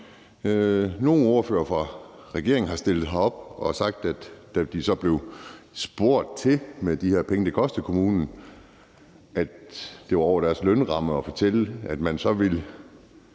Nogle ordførere fra regeringspartierne har stillet sig herop og sagt, da de blev spurgt til de her penge, det kostede kommunen, at det var over deres lønramme at fortælle, at man så ville